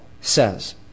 says